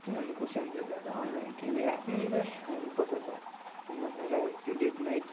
किनभने कसै हुन्छ ज्यादा अनलाइन त्यसले आफ्नैलाई हानी पहुचाउँछ बिमार भएर त्यो लेट नाइट